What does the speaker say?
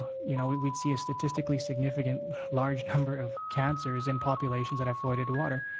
you know, we'd we'd see a statistical, significant large number of cancers in populations that have fluoridated water.